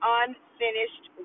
unfinished